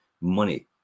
money